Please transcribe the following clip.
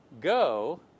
go